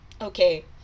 okay